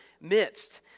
midst